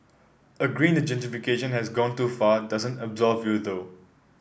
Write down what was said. agreeing that gentrification has gone too far doesn't absolve you though